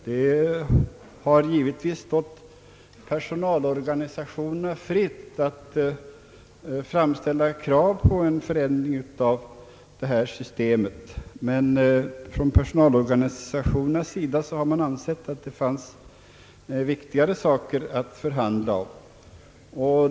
Det har givetvis stått dem fritt att framställa krav på en förändring, men de har ansett att det fanns viktigare saker att förhandla om.